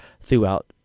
throughout